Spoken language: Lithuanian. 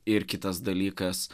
ir kitas dalykas